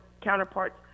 counterparts